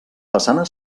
façana